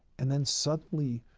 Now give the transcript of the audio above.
and then suddenly,